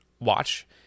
Watch